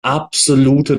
absolute